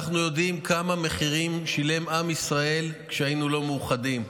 אנחנו יודעים כמה מחירים שילם עם ישראל כשהיינו לא מאוחדים,